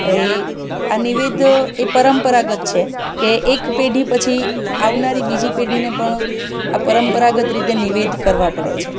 એ આ નિવેધ એ પરંપરાગત છે કે એક પેઢી પછી આવનારી બીજી પેઢીને પણ આ પરંપરાગત રીતે નિવેધ કરવા પડે છે